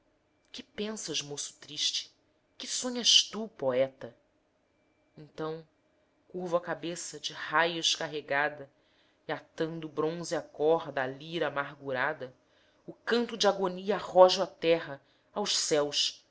que pensas moço triste que sonhas tu poeta então curvo a cabeça de raios carregada e atando brônzea corda à lira amargurada o canto de agonia arrojo à terra aos céus